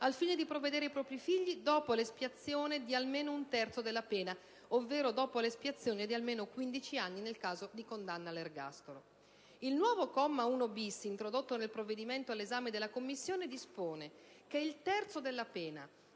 al fine di provvedere ai propri figli, dopo l'espiazione di almeno un terzo della pena ovvero dopo l'espiazione di almeno quindici anni nel caso di condanna all'ergastolo. Il nuovo comma 1-*bis*, introdotto nel provvedimento all'esame della Commissione, dispone che il terzo della pena